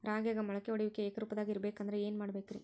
ರಾಗ್ಯಾಗ ಮೊಳಕೆ ಒಡೆಯುವಿಕೆ ಏಕರೂಪದಾಗ ಇರಬೇಕ ಅಂದ್ರ ಏನು ಮಾಡಬೇಕ್ರಿ?